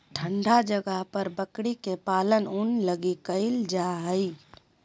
ठन्डा जगह पर बकरी के पालन ऊन लगी कईल जा हइ